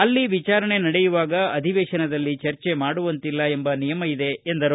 ಅಲ್ಲಿ ವಿಚಾರಣೆ ನಡೆಯುವಾಗ ಅಧಿವೇಶನದಲ್ಲಿ ಚರ್ಚೆ ಮಾಡುವಂತಿಲ್ಲ ಎಂಬ ನಿಯಮ ಇದೆ ಎಂದರು